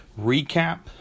recap